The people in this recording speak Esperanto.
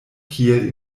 kiel